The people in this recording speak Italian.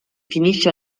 finisce